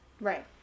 Right